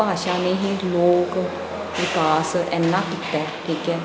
ਭਾਸ਼ਾ ਨੇ ਹੀ ਲੋਕ ਵਿਕਾਸ ਇੰਨਾ ਕੀਤਾ ਠੀਕ ਹੈ